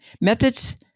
Methods